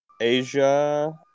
Asia